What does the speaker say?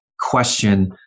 question